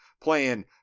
playing